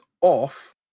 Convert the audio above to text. off